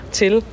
til